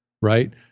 right